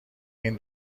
این